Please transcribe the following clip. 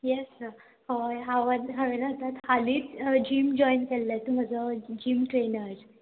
येस sir हय हांव हांवेंन आतां हालींच जीम जॉयन केल्ले तूं म्हजो जीम ट्रेनर